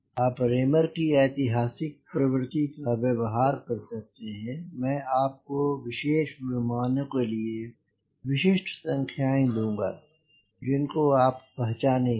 आप Raymer की ऐतिहासिक प्रवृत्ति का व्यवहार कर सकते हैं मैं आपको विशेष विमानों के लिए विशिष्ट संख्याएँ दूंगा जिनको आप पहचानेंगे